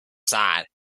side